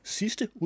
sidste